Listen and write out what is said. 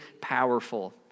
powerful